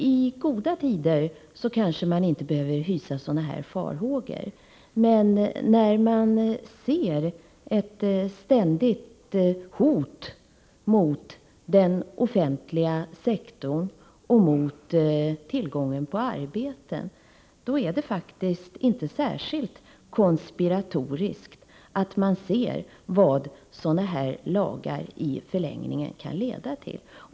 I goda tider kanske man inte behöver hysa sådana här farhågor, men när man ser ett ständigt hot mot den offentliga sektorn och när det gäller tillgången på arbete, är det faktiskt inte särskilt konspiratoriskt att uttala farhågor för vad sådana här lagar i förlängningen kan leda till.